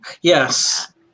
Yes